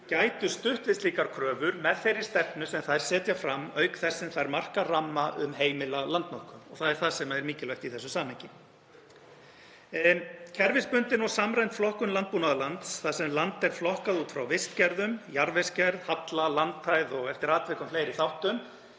gætu stutt við slíkar kröfur með þeirri stefnu sem þær setja fram, auk þess sem þær marka ramma um heimila landnotkun. Og það er það sem er mikilvægt í þessu samhengi. Kerfisbundin og samræmd flokkun landbúnaðarlands, þar sem land er flokkað út frá vistgerðum, jarðvegsgerð, halla, landhæð og eftir atvikum fleiri þáttum,